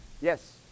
Yes